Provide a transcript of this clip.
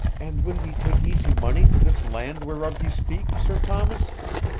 and will ye take easy money to this land whereof ye speak, sir thomas?